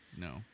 No